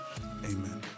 amen